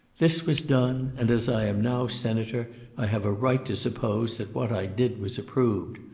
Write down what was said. this was done, and as i am now senator i have a right to suppose that what i did was approved.